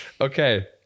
Okay